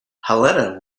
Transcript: helena